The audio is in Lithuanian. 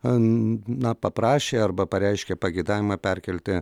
ee na paprašė arba pareiškė pageidavimą perkelti